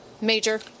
Major